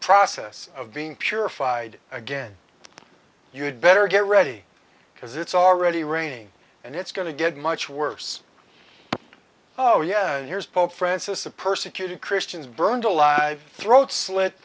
process of being purified again you'd better get ready because it's already raining and it's going to get much worse oh yeah here's pope francis a persecuted christians burned alive throats sl